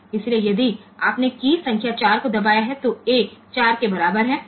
इसलिए यदि आपने कीय संख्या 4 को दबाया है तो A 4 के बराबर है